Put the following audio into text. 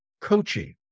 coaching